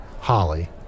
Holly